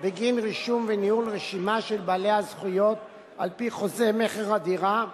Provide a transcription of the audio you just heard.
בגין רישום וניהול רשימה של בעלי הזכויות על-פי חוזה מכר הדירה,